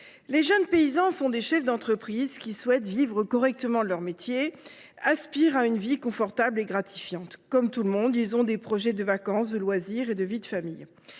les jeunes paysans sont des chefs d’entreprise qui souhaitent vivre correctement de leur métier et aspirent à une vie confortable et gratifiante. Comme tout le monde, ils ont des projets de vacances, de loisirs et de vie de famille.